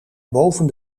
boven